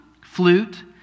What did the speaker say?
flute